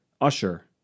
Usher